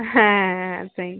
হ্যাঁ হ্যাঁ সেই